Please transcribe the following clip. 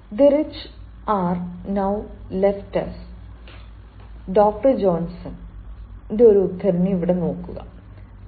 അതിനാൽ the rich are now left as doctor ജോൺസന്റെ ഒരു ഉദ്ധരണി നേടുക